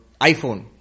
iPhone